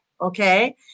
Okay